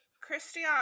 Christian